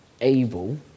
able